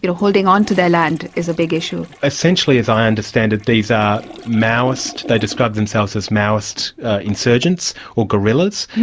you know holding on to their land is a big issue. essentially, as i understand it, these are maoist, they describe themselves as maoist insurgents or guerrillas.